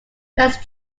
west